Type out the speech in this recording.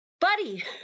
Buddy